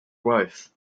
growth